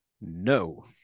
No